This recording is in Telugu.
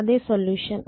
అదే సొల్యూషన్